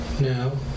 No